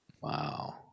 Wow